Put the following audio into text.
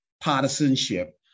partisanship